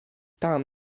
tam